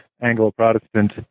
Anglo-Protestant